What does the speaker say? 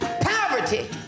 Poverty